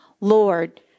Lord